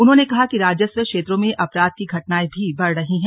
उन्होंने कहा कि राजस्व क्षेत्रों में अपराध की घटनाएं भी बढ़ रही है